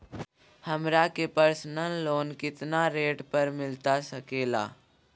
हमरा के personal loan कितना के रेट पर मिलता सके ला?